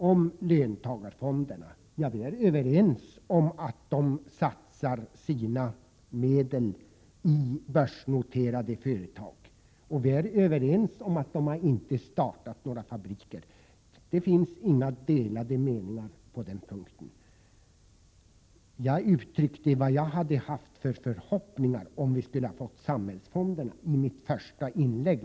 Vi är överens om att löntagarfonderna satsar sina medel i börsnoterade företag och att de inte har startat några fabriker. Det finns inga delade meningar på den punkten. Jag uttryckte i mitt första inlägg mina förhoppningar om vad som skulle ha skett om vi infört samhällsfonder.